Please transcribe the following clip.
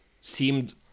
seemed